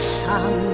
sun